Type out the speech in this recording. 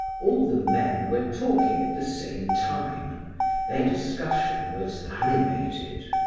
all the men were talking at the same time their discussion was animated.